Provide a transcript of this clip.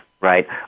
right